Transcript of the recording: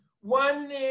one